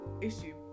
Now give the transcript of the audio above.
issue